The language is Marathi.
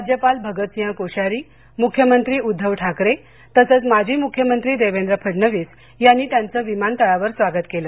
राज्यपाल भगतसिंह कोशारी मुख्यमंत्री उद्धव ठाकरे तसंच माजी मुख्यमंत्री देवेंद्र फडणवीस यांनी त्यांचं विमानतळावर स्वागत केलं